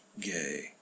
gay